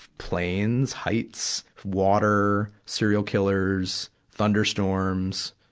planes, heights, water, serial killers, thunderstorms,